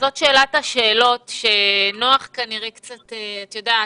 זו שאלת השאלות שנוח כנראה קצת, את-יודעת,